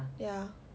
ya